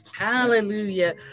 Hallelujah